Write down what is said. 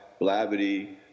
blavity